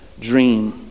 dream